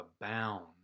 abound